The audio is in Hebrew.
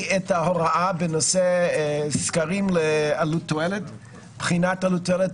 את ההוראה בנושא סקרים לבחינת עלות-תועלת.